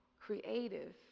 creative